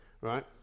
right